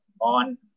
on